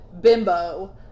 bimbo